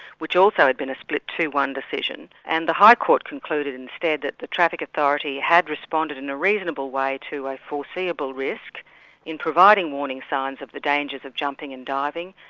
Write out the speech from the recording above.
which also had been a split two one decision. and the high court concluded instead that the traffic authority had responded in a reasonable way to a foreseeable risk in providing warning signs of the dangers of jumping and diving,